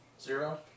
Zero